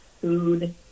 food